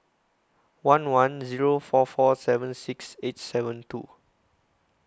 one one Zero four four seven six eight seven two